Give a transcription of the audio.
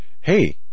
hey